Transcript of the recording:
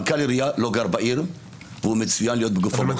מנכ"ל עירייה לא גר בעיר והוא מצוין להיות בגוף הבוחר.